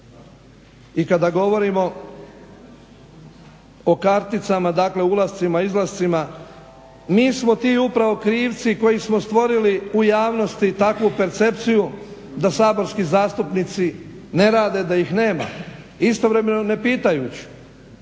I kada govorimo o karticama dakle o ulascima izlascima mi smo ti upravo krivci koji smo stvorili u javnosti takvu percepciju da saborski zastupnici ne rade da ih nema, istovremeno ne pitajući